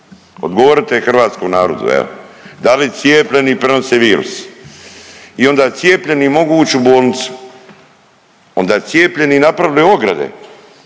odgovorite hrvatskom narodu evo? Da li cijepljeni prenose virus? I onda cijepljeni mogu uć u bolnicu, onda cijepljeni napravili ograde